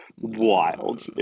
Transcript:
wild